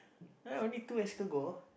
ah only two escargot